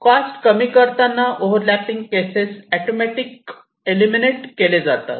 cost कमी करताना overlapping cases automatic eliminate केले जातात